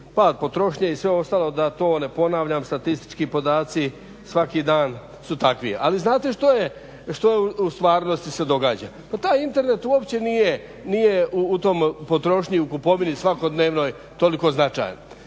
pad potrošnje i sve ostalo, da to ne ponavljam, statistički podaci svaki dan su takvi. Ali znate što u stvarnosti se događa? Pa taj internet uopće nije u toj potrošnji, kupovini svakodnevnoj toliko značajan.